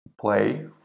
play